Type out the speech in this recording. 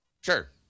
Sure